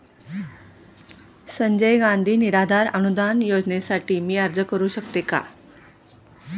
संजय गांधी निराधार अनुदान योजनेसाठी मी अर्ज करू शकते का?